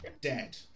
dead